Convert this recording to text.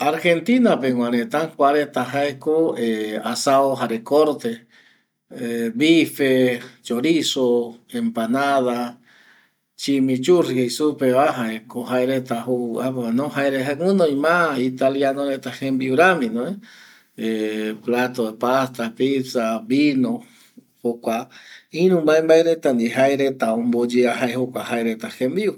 Argentina pegua reta jaeko kua reta jae asado jare corte ˂Hesitation˃ biffe, chorizo, empanada jaeko jaereat gunoi ma italiano jembiu reta rami ˂Hesitation˃ pasa, vino iru ndie jaereta omboyea jae jaereta y tembiu